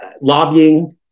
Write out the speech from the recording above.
lobbying